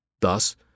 Thus